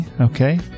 Okay